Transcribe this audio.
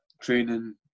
training